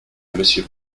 monsieur